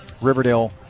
Riverdale